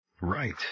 Right